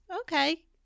okay